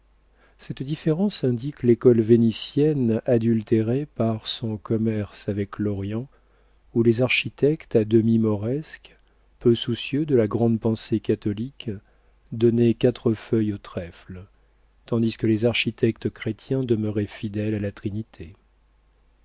cette différence indique l'école vénitienne adultérée par son commerce avec l'orient où les architectes à demi moresques peu soucieux de la grande pensée catholique donnaient quatre feuilles au trèfle tandis que les architectes chrétiens demeuraient fidèles à la trinité